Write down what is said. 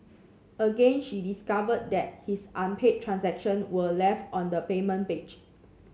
again she discovered that his unpaid transaction were left on the payment page